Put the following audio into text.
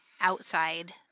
outside